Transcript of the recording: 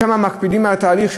שם מקפידים על התהליך,